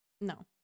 No